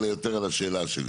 אלא יותר על השאלה שלי.